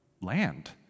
land